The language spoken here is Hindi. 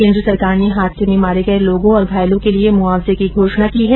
केन्द्र सरकार ने हादसे में मारे गये लोगों और घायलों के लिये मुआवजे की घोषणा की है